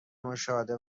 مشاهده